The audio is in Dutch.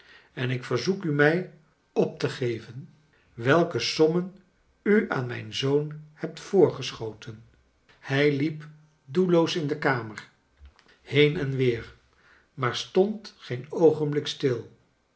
en ik verzoek a mij op te geven welke sommon u aan mijn zoon hebt voorgeschoten hij liep doolloos in de kamet heen en weer maar stond geen oogenblik stil